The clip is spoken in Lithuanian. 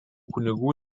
kunigų